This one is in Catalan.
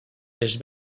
les